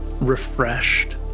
refreshed